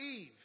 Eve